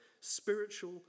spiritual